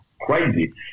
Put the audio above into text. crazy